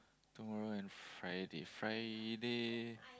tomorrow and Friday Friday